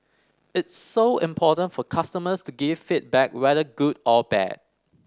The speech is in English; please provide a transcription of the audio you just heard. it's so important for customers to give feedback whether good or bad